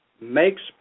makes